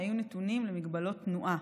שהיו נתונים להגבלות תנועה.